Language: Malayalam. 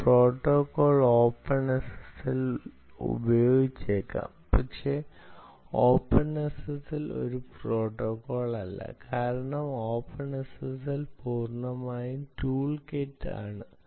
ഒരു പ്രോട്ടോക്കോൾ ഓപ്പൺഎസ്എസ്എൽ ഉപയോഗിച്ചേക്കാം പക്ഷേ ഓപ്പൺഎസ്എസ്എൽ ഒരു പ്രോട്ടോക്കോൾ അല്ല കാരണം ഓപ്പൺഎസ്എസ്എൽ പൂർണ്ണമായും ടൂൾകിറ്റ് ആണ്